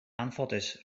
anffodus